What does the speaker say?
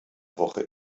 woche